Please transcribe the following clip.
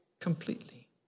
Completely